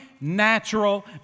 natural